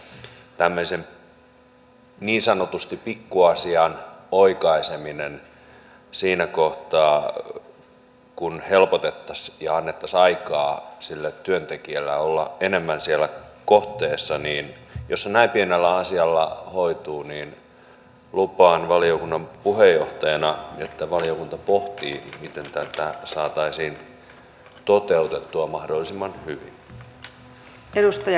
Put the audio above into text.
tämmöisen niin sanotusti pikku asian oikaiseminen siinä kohtaa kun helpotettaisiin ja annettaisiin aikaa sille työntekijälle olla enemmän siellä kohteessa jos se näin pienellä asialla hoituu niin lupaan valiokunnan puheenjohtajana että valiokunta pohtii miten tätä saataisiin toteutettua mahdollisimman hyvin